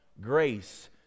grace